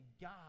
God